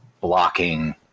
blocking